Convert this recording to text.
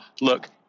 look